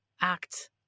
act